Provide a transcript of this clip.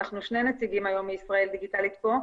אנחנו שני נציגים היום מישראל דיגיטלית פה.